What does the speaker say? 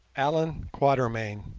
allan quatermain